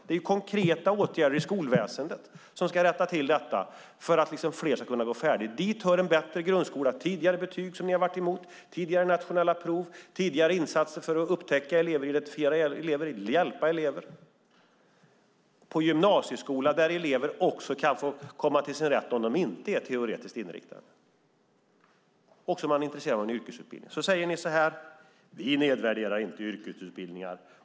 Det är konkreta åtgärder i skolväsendet som ska rätta till detta så att fler ska kunna fullfölja. Dit hör en bättre grundskola, tidigare betyg - som ni har varit emot - tidigare nationella prov, insatser för att tidigare upptäcka och identifiera elever som behöver hjälp. På gymnasieskolan ska elever få komma till sin rätt också om de inte är teoretiskt inriktade och är intresserade av en yrkesutbildning. Ni säger: Vi nedvärderar inte yrkesutbildningar.